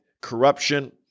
corruption